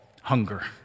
hunger